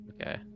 okay